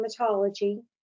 Dermatology